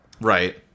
Right